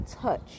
touch